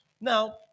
now